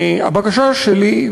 הבקשה שלי,